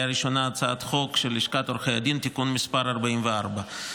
הצעת חוק של לשכת עורכי הדין (תיקון מס' 44),